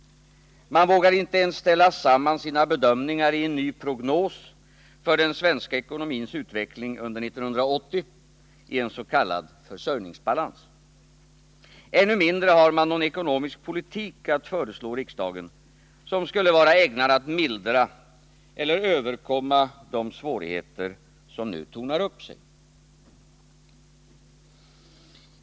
Man vågar inte ens ställa samman sina bedömningar i en ny prognos för den svenska ekonomins utveckling under 1980i ens.k. försörjningsbalans. Ännu mindre har man någon ekonomisk politik att föreslå riksdagen, som skulle vara ägnad att mildra eller överkomma de svårigheter som nu tornar upp sig.